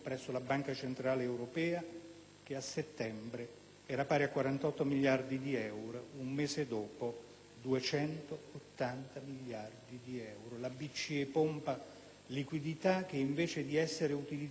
che a settembre era pari a 48 miliardi di euro e, un mese dopo, a 280 miliardi di euro. La BCE pompa liquidità che, invece di essere utilizzata per finalità produttive,